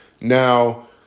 Now